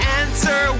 answer